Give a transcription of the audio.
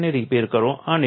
પછી તેને રિપેર કરો